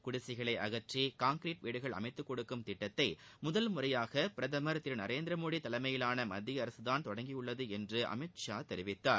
குடிசைகளை அகற்றி கான்கிரிட் வீடுகள் அமைத்துக்கொடுக்கும் திட்டத்தை முதல் முறையாக பிரதமர் திரு நரேந்திரமோடி தலைமையிலான மத்திய அரசுதான் தொடங்கியுள்ளது என்று திரு அமித்ஷா தெரிவித்தார்